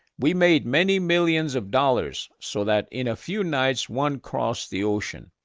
we made many millions of dollars, so that in a few nights, one crossed the ocean,